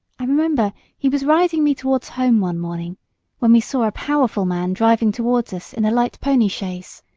i remember he was riding me toward home one morning when we saw a powerful man driving toward us in a light pony chaise,